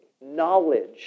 knowledge